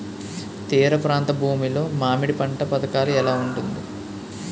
తీర ప్రాంత భూమి లో మామిడి పంట పథకాల ఎలా ఉంటుంది?